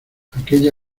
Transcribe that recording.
aquella